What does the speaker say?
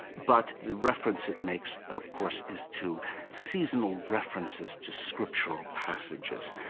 but the reference it makes, of course, is to seasonal references to scriptural passages.